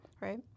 right